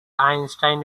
einstein